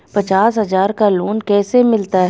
पचास हज़ार का लोन कैसे मिलता है?